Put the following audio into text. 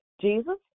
Jesus